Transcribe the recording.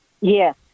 Yes